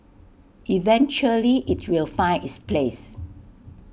eventually IT will find its place